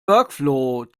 workflow